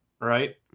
right